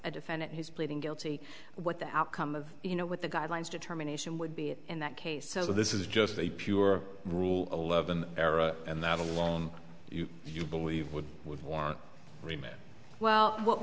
a defendant who's pleading guilty what the outcome of you know what the guidelines determination would be in that case so this is just a pure rule eleven era and that alone you believe would would want remit well what